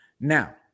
Now